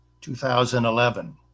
2011